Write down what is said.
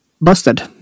busted